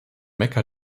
mekka